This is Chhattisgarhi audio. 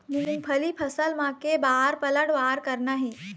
मूंगफली फसल म के बार पलटवार करना हे?